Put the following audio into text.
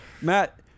Matt